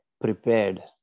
prepared